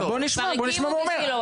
בוא נשמע מה הוא אומר.